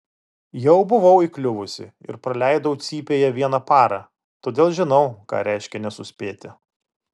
jau buvau įkliuvusi ir praleidau cypėje vieną parą todėl žinau ką reiškia nesuspėti